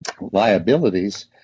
liabilities